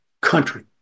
country